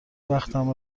وقتم